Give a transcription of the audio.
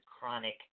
chronic